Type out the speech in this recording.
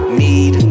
need